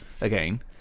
Again